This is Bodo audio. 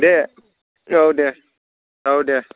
दे औ दे औ दे